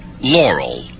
laurel